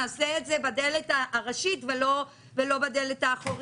נעשה את זה בדלת הראשית ולא בדלת האחורית,